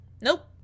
nope